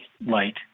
light